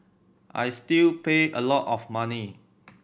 I still pay a lot of money